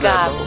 God